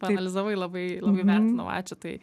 paanalizavai labai labai vertinau ačiū tai